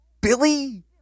Billy